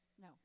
No